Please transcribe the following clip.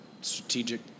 strategic